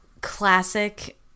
classic